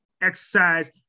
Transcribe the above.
Exercise